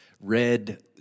red